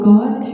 God